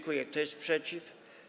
Kto jest przeciw?